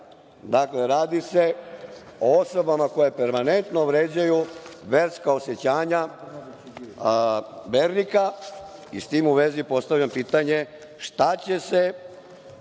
Dakle, radi se o osobama koje permanentno vređaju verska osećanja vernika i s tim u vezi postavljam pitanje – šta će se